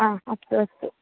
हा अस्तु अस्तु